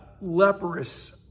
leprous